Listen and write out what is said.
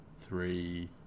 three